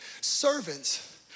Servants